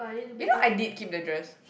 you know I did keep the dress